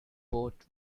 boat